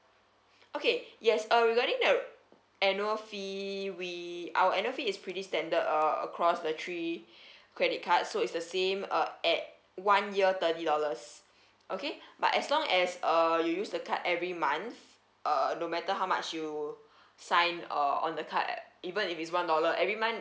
okay yes uh regarding the annual fee we our annual fee is pretty standard uh across the three credit card so it's the same uh at one year thirty dollars okay but as long as uh you use the card every month uh no matter how much you sign uh on the card even if it's one dollar every month